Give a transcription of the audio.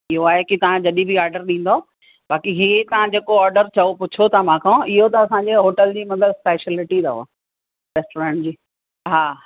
इहो आहे की तव्हां जॾहिं बि ऑडर ॾींदाव बाक़ी हीअ जेको तव्हां ऑडर चओ पुछो था मूंखों असांजो होटल जी मतिलब स्पेशिएलिटी अथव रेस्टोरेंट जी हा